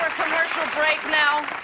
commercial break now.